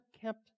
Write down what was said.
kept